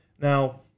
Now